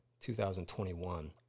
2021